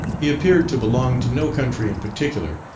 he appeared to belong to no country in particular,